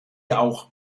auch